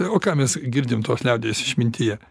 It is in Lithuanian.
o ką mes girdim tos liaudies išmintyje